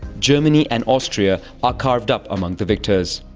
germany and austria are carved up among the victors.